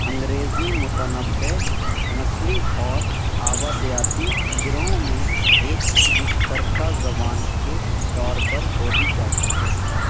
انگریزی متبنع نسلی اور آبادیاتی گروہوں میں ایک مشترکہ زبان کے طور پر بولی جاتی ہے